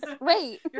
wait